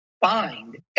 find